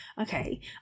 okay